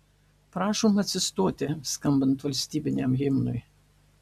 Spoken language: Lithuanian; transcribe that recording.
prašom atsistoti skambant valstybiniam himnui